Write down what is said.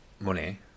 money